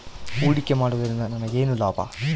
ಹೂಡಿಕೆ ಮಾಡುವುದರಿಂದ ನನಗೇನು ಲಾಭ?